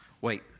wait